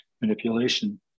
manipulation